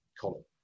column